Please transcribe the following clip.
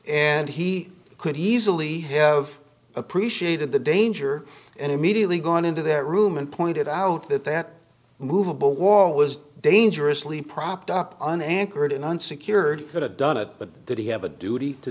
and he could easily have appreciated the danger immediately going into that room and pointed out that that movable wall was dangerously propped up an anchor it unsecured could have done it but did he have a duty to